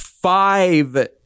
Five